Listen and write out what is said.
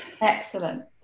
Excellent